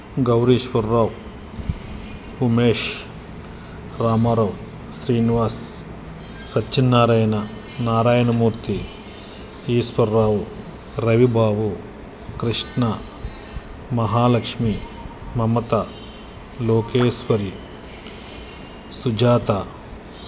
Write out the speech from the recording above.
Gourishwar Rao Umesh Ramarao Srinivas Satyanarayana Narayanamurthy Eshwar Rao Ravi Babu Krishna Mahalakshmi Mamata Lokeshwari Sujatha